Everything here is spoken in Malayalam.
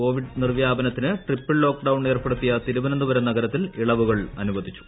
കോവിഡ് നിർവ്യാപനത്തിന് ട്രിപ്പിൾ ലോക്ഡൌൺ ഏർപ്പെടുത്തിയ തിരുവനന്തപുരം നഗരത്തിൽ ഇളവുകൾ അനുവദിച്ചു